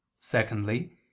secondly